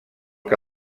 que